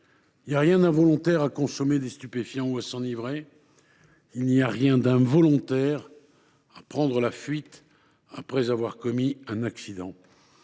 Il n’y a rien d’involontaire à consommer des stupéfiants ou à s’enivrer. Il n’y a rien d’involontaire à prendre la fuite après avoir commis un accident.